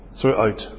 throughout